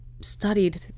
studied